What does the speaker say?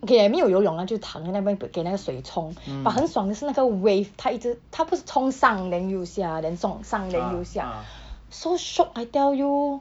okay 没有游泳啦就躺在那边给那个水冲 but 很爽是那个 wave 它一直它不是冲上 then 又下 then 冲上 then 又下 so shiok I tell you